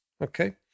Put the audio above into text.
Okay